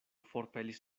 forpelis